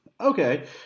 Okay